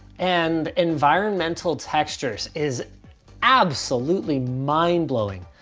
and environmental textures is absolutely mind-blowing.